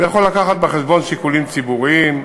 הוא יכול להביא בחשבון שיקולים ציבוריים,